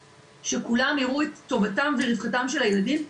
שכולם יראו את טובתם ורווחתם של הילדים.